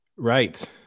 Right